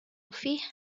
فیه